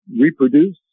reproduce